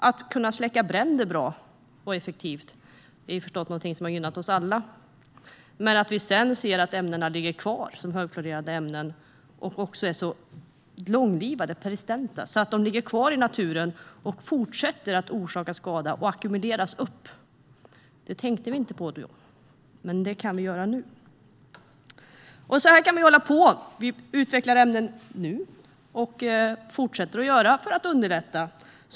Att släcka bränder bra och effektivt är förstås något som har gynnat oss alla. Men sedan ligger dessa ämnen kvar i form av högfluorerande ämnen, och de är långlivade och persistenta. De ligger kvar i naturen, ackumuleras och fortsätter att göra skada. Det tänkte vi inte på då, men det kan vi göra nu. Så här kan vi hålla på. Vi fortsätter att utveckla ämnen för att underlätta för oss.